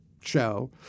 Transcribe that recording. show